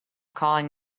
calling